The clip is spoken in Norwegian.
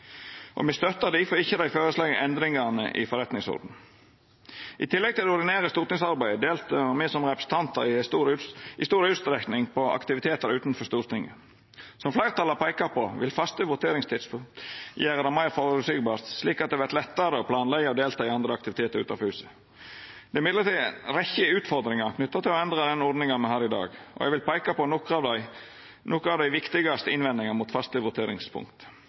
og me støttar difor ikkje dei føreslegne endringane i forretningsordenen. I tillegg til det ordinære stortingsarbeidet deltek me som representantar i stor utstrekning på aktivitetar utanfor Stortinget. Som fleirtalet har peika på, vil faste voteringstidspunkt gjera det meir føreseieleg, slik at det vert lettare å planleggja å delta i andre aktivitetar utanfor huset. Det er likevel ei rekkje utfordringar knytte til å endra den ordninga me har i dag, og eg vil peika på nokre av dei viktigaste innvendingane mot faste